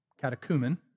catechumen